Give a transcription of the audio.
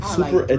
Super